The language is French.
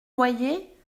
loyer